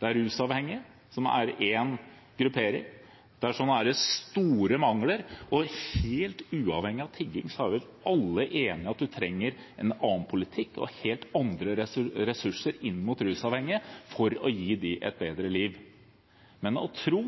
Det er rusavhengige, som er én gruppering. Der er det store mangler – helt uavhengig av tigging er alle enige om at vi trenger en annen politikk og helt andre ressurser inn mot rusavhengige for å gi dem et bedre liv. Men å tro